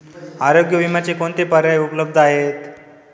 आरोग्य विम्याचे कोणते पर्याय उपलब्ध आहेत?